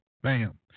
Bam